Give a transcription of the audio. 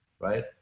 right